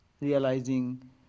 realizing